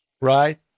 right